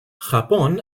japón